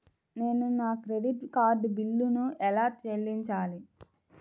నేను నా credit card బిల్లును ఎలా చెల్లించాలీ?